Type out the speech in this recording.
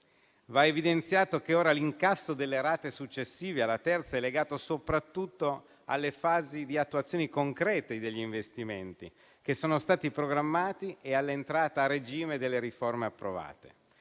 Va evidenziato che ora l'incasso delle rate successive alla terza è legato soprattutto alle fasi di attuazioni concrete degli investimenti che sono stati programmati e all'entrata a regime delle riforme approvate.